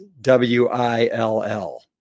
W-I-L-L